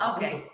Okay